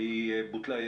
והיא בוטלה.